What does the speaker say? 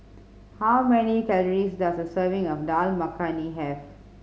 how many calories does a serving of Dal Makhani have